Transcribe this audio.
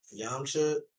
Yamcha